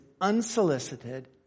unsolicited